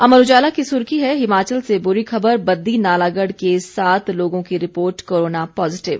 अमर उजाला की सुर्खी है हिमाचल से बुरी खबर बद्दी नालागढ़ के सात लोगों की रिपोर्ट कोरोना पॉजिटिव